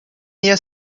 ella